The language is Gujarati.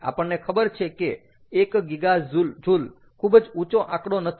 આપણને ખબર છે કે 1 GJ ખૂબ જ ઊંચો આંકડો નથી